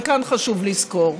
וכאן חשוב לזכור,